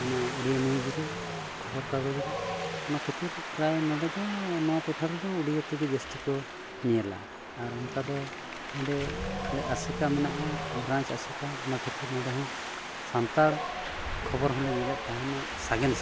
ᱚᱱᱟ ᱩᱰᱤᱭᱟ ᱱᱤᱣᱩᱡᱽ ᱨᱮ ᱠᱷᱚᱵᱚᱨ ᱠᱟᱜᱚᱡᱽ ᱨᱮ ᱚᱱᱟ ᱠᱷᱟᱹᱛᱤᱨ ᱯᱨᱟᱭ ᱱᱚᱰᱮ ᱫᱚ ᱱᱚᱣᱟ ᱴᱚᱴᱷᱟ ᱨᱮᱫᱚ ᱩᱰᱤᱭᱟᱹ ᱛᱮᱜᱮ ᱡᱟᱹᱥᱛᱤ ᱠᱚ ᱧᱮᱞᱟ ᱟᱨ ᱚᱱᱠᱟ ᱫᱚ ᱱᱚᱰᱮ ᱟᱞᱮ ᱟᱥᱮᱠᱟ ᱢᱮᱱᱟᱜᱼᱟ ᱵᱨᱟᱧᱪ ᱟᱥᱮᱠᱟ ᱚᱱᱟ ᱠᱷᱟᱹᱛᱤᱨ ᱱᱚᱰᱮ ᱦᱚᱸ ᱥᱟᱱᱛᱟᱲ ᱠᱷᱚᱵᱚᱨ ᱦᱚᱞᱮ ᱧᱮᱞᱮᱫ ᱛᱟᱦᱮᱱᱚᱜ ᱥᱟᱜᱮᱱ ᱥᱟᱠᱟᱢ